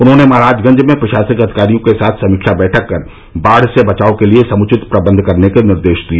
उन्होंने महाराजगंज में प्रशासनिक अधिकारियों के साथ समीक्षा बैठक कर बाढ़ से बचाव के लिए समुचित प्रबंध करने के निर्देश दिए